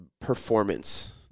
performance